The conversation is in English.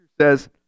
says